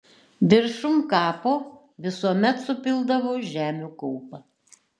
viršum kapo visuomet supildavo žemių kaupą